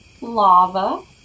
lava